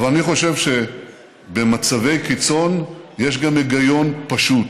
אבל אני חושב שבמצבי קיצון יש גם היגיון פשוט,